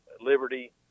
Liberty